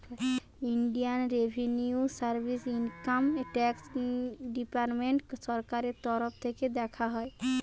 Indian revenue service income tax department সরকারের তরফ থিকে দেখা হয়